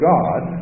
God